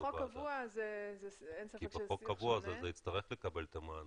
זה יצטרך לקבל את המענה.